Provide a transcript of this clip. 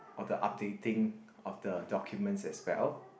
all the updating of the documents as well